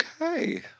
Okay